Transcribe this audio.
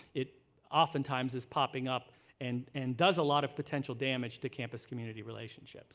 it oftentimes is popping up and and does a lot of potential damage to campus-community relationships